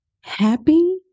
happy